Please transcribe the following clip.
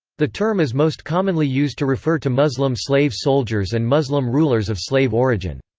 the term is most commonly used to refer to muslim slave soldiers and muslim rulers of slave origin.